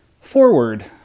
forward